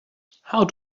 how